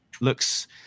looks